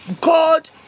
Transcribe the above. God